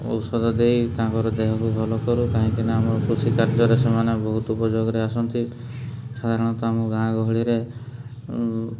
ଔଷଧ ଦେଇ ତାଙ୍କର ଦେହକୁ ଭଲ କରୁ କାହିଁକିନା ଆମର କୃଷି କାର୍ଯ୍ୟରେ ସେମାନେ ବହୁତ ଉପଯୋଗରେ ଆସନ୍ତି ସାଧାରଣତଃ ଆମ ଗାଁ ଗହଳିରେ